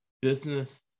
business